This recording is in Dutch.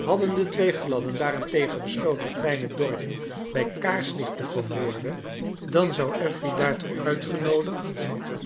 hadden de twee gladden daarentegen besloten kleine dorrit bij kaarslicht te vermoorden dan zou affery daartoe uitgenoodigd